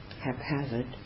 haphazard